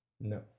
No